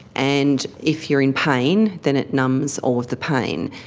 and if you're in pain then it numbs all of the pain.